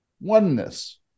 oneness